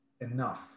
enough